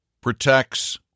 protects